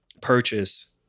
purchase